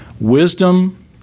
Wisdom